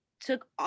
took